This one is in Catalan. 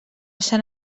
sant